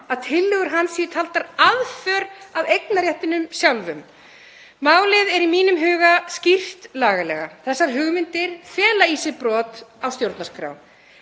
að tillögur hans séu taldar aðför að eignarréttinum sjálfum? Málið er í mínum huga skýrt lagalega; þessar hugmyndir fela í sér brot á stjórnarskrá.